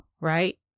right